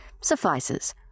suffices